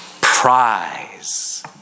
prize